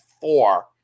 four